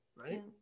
right